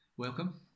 Welcome